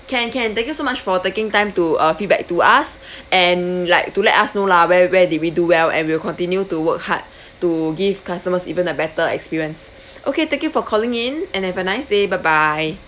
can can thank you so much for taking time to uh feedback to us and like to let us know la where where did we do well and we'll continue to work hard to give customers even a better experience okay thank you for calling in and have a nice day bye bye